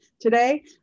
Today